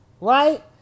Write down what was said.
right